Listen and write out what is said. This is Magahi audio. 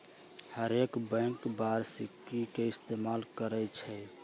हरेक बैंक वारषिकी के इस्तेमाल करई छई